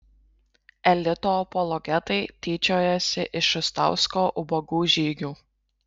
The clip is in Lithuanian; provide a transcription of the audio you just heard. elito apologetai tyčiojasi iš šustausko ubagų žygių